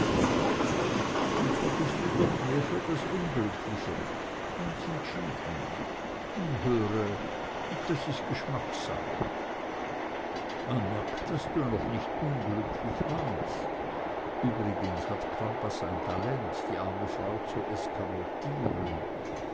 und da bist du doch mehr für das unglückliche ganz entschieden nun höre das ist geschmackssache man merkt daß du noch nicht unglücklich warst übrigens hat crampas ein talent die arme frau zu